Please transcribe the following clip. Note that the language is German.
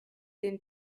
den